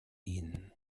ihnen